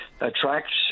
attracts